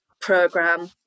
program